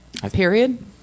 Period